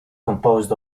composed